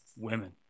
Women